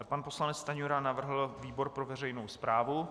Pan poslanec Stanjura navrhl výbor pro veřejnou správu.